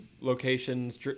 locations